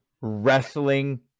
wrestling